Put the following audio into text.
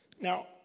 Now